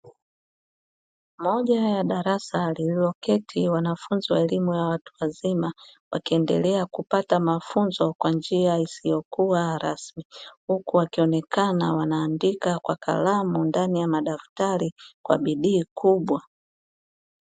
Moja ya darasa lililoketi wanafunzi wa elimu ya watu wazima wakiendelea kupata mafunzo kwa njia isiyo kuwa rasmi, huku wakionekana wanaandika kwa kalamu ndani ya madaftari kwa bidii kubwa.